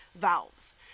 valves